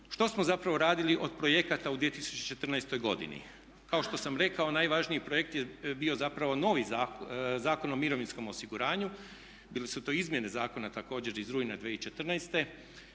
Što smo zapravo radili od projekata u 2014.godini? Kao što sam rekao najvažniji projekt je bio zapravo novi Zakon o mirovinskom osiguranju, bile su to izmjene zakona također iz rujna 2014.,